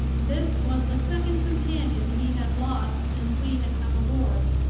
this was the second companion he had lost since we had come aboard.